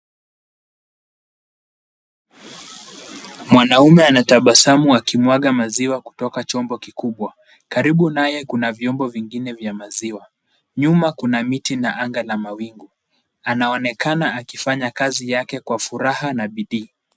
Mwanaume anatabasamu akimwaga maziwa kutoka kwa chombo kikubwa. Karibu naye kuna vyombo vingine vya maziwa. Nyuma kuna miti na anga la mawingu. Anaonekana akifanya kazi yake kwa furaha na bidii.